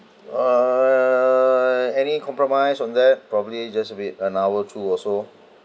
err any compromise on that probably just a bit an hour two also